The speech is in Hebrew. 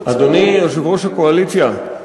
אדוני יושב-ראש הקואליציה,